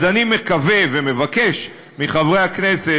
אז אני מקווה ומבקש מחברי הכנסת,